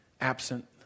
absent